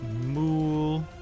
mool